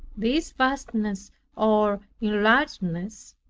this vastness or enlargedness,